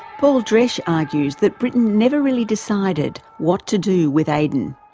paul dresch argues that britain never really decided what to do with aden.